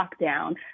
lockdown